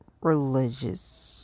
religious